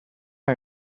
are